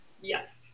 yes